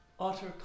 utter